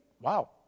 Wow